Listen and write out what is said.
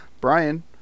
Brian